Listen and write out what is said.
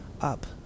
up